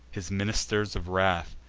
his ministers of wrath,